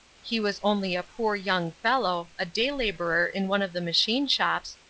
he was only a poor young fellow, a day laborer in one of the machine shops,